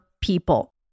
people